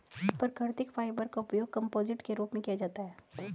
प्राकृतिक फाइबर का उपयोग कंपोजिट के रूप में भी किया जाता है